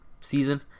season